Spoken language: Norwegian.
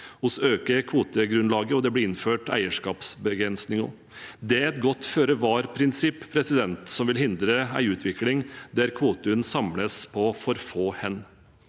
Vi øker kvotegrunnlaget, og det blir innført eierskapsbegrensninger. Det er et godt føre-var-prinsipp som vil hindre en utvikling der kvotene samles på for få hender.